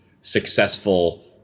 successful